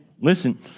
listen